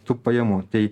tų pajamų tai